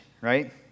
right